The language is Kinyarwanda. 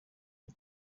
ubu